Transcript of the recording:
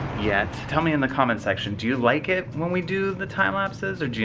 yet. tell me in the comment section do you like it when we do the time lapses? or do you